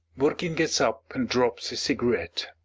borkin gets up and drops his cigarette.